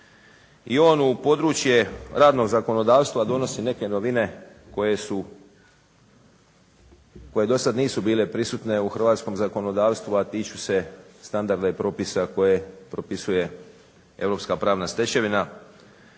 i on u područje radnog zakonodavstva donosi neke novine koje do sada nisu bile prisutne u hrvatskom zakonodavstvu, a tiču se standarda i propisa koje propisuje europska pravna stečevina.